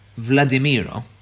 Vladimiro